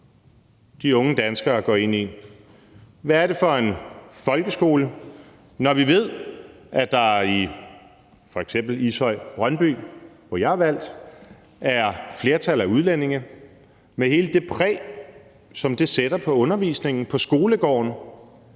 de unge danskere går ind i, altså hvad for en folkeskole der er, når vi ved, at der f.eks. i Ishøj eller Brøndby, hvor jeg er valgt, er et flertal af udlændinge med hele det præg, som det sætter på undervisningen og på skolegården.